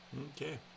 Okay